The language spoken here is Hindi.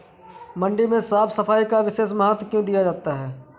मंडी में साफ सफाई का विशेष महत्व क्यो दिया जाता है?